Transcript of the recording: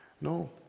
No